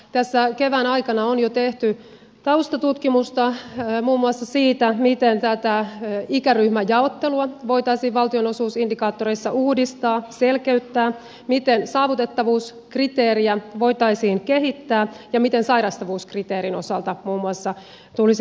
tässä kevään aikana on jo tehty taustatutkimusta muun muassa siitä miten tätä ikäryhmäjaottelua voitaisiin valtionosuusindikaattoreissa uudistaa selkeyttää miten saavutettavuuskriteeriä voitaisiin kehittää ja miten sairastavuuskriteerin osalta muun muassa tulisi indikaattoria uudistaa